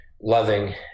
loving